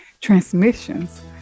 transmissions